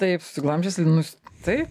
taip susiglamžęs linus taip